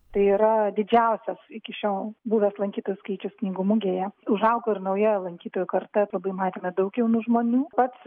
tai yra didžiausias iki šiol buvęs lankytojų skaičius knygų mugėje užaugo ir nauja lankytojų karta labai matėme daug jaunų žmonių pats